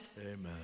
Amen